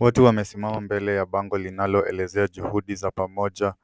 Watu wamesimama mbele ya bango linaloelezea juhudi za pamoja